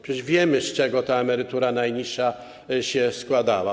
Przecież wiemy, z czego ta emerytura najniższa się składała.